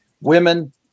Women